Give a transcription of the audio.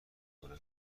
خوره